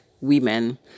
women